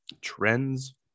Trends